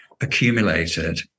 accumulated